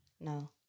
No